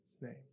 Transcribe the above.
name